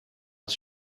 his